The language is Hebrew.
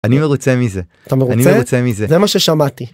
אני מרוצה מזה אני מרוצה מזה זה מה ששמעתי.